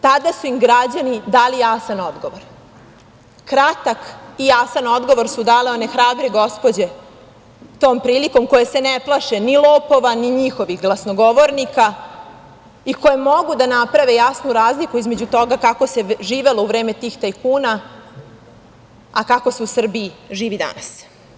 Tada su im građani dali jasan odgovor, kratak i jasan odgovor su dale one hrabre gospođe tom prilikom, koje se ne plaše ni lopova, ni njihovih glasnogovornika i koje mogu da naprave jasnu razliku između toga kako se živelo u vreme tih tajkuna a kako se u Srbiji živi danas.